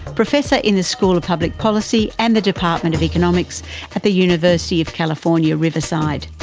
professor in the school of public policy and the department of economics at the university of california, riverside.